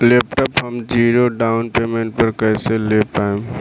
Laptop हम zero down payment पर कैसे ले पाएम?